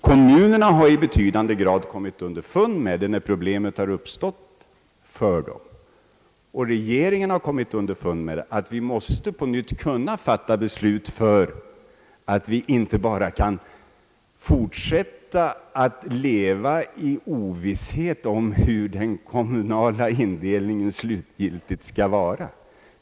Kommunerna har i betydande grad kommit underfund med, när problemet har uppstått för dem, och regeringen har kommit underfund med att vi måste kunna fatta beslut på nytt, ty vi kan inte bara fortsätta att leva i ovisshet om den slutgiltiga kommunala indelningen.